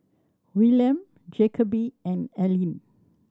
Willaim Jacoby and Alleen